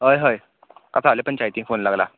हय हय कांसावले पंचायतीन फोन लागला